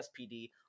SPD